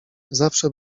zawsze